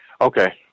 Okay